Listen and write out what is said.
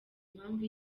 impamvu